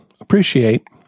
appreciate